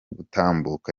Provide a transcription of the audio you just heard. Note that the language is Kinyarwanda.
gutambuka